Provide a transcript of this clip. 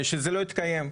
שזה לא התקיים.